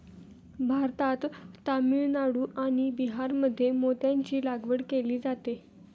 भारतात तामिळनाडू आणि बिहारमध्ये मोत्यांची लागवड केली जाते